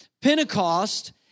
Pentecost